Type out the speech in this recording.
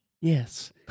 Yes